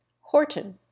Horton